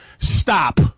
Stop